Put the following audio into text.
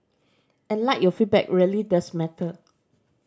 and like your feedback really does matter